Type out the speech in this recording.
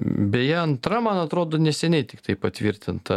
beje antra man atrodo neseniai tiktai patvirtinta